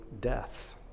death